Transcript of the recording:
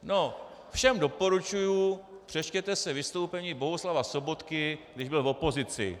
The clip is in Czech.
No, všem doporučuji, přečtěte si vystoupení Bohuslava Sobotky, když byl v opozici.